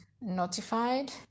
notified